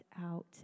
out